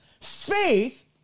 Faith